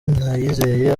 ndayizeye